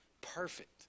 Perfect